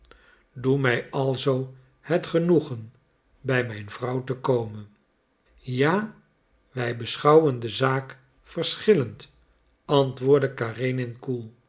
doe mij alzoo het genoegen bij mijn vrouw te komen ja wij beschouwen de zaak verschillend antwoordde